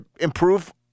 improve